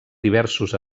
diversos